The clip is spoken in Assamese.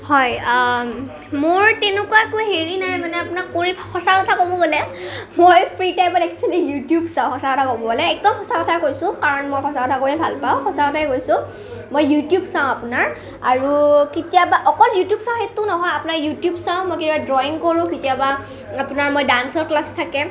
হয় মোৰ তেনেকুৱা একো হেৰি নাই মানে আপোনাক কৈ সঁচা কথা ক'ব গ'লে মই ফ্ৰী টাইমত এক্সুৱেলি ইউটিউব চাওঁ সঁচা কথা ক'ব গ'লে একদম সঁচা কথা কৈছোঁ কাৰণ মই সঁচা কথা কৈয়ে ভাল পাওঁ সঁচা কথাই কৈছোঁ মই ইউটিউব চাওঁ আপোনাৰ আৰু কেতিয়াবা অকল ইউটিউব চাওঁ সেইটো নহয় আপোনাৰ ইউটিউব চাওঁ মই কিবা ড্ৰইং কৰোঁ কেতিয়াবা আপোনাৰ মই ডান্সৰ ক্লাছ থাকে